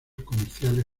comerciales